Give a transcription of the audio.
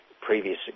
previous